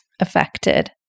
affected